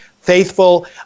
faithful